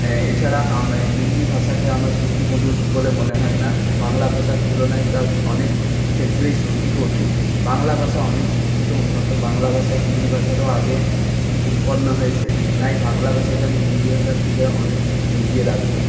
এছাড়া হিন্দি ভাষাকে আমার শ্রুতিমধুর বলে মনে হয় না বাংলা ভাষার তুলনায় তা অনেক ক্ষেত্রেই শ্রুতিকটু বাংলা ভাষা অনেক দিক থেকে উন্নত বাংলা ভাষা হিন্দি ভাষারও আগে উৎপন্ন হয়েছে তাই বাংলা ভাষাকে আমি হিন্দি ভাষার থেকে অনেক এগিয়ে রাখবো